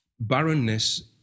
barrenness